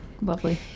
lovely